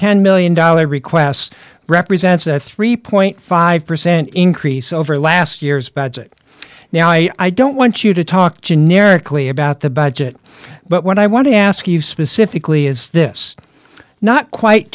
ten million dollars request represents a three five percent increase over last year's budget now i don't want you to talk generically about the budget but what i want to ask you specifically is this not quite